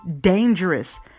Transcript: dangerous